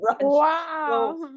Wow